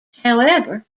however